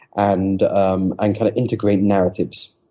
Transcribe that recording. and um and kind of integrate narratives.